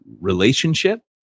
relationship